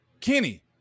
Kenny